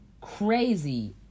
crazy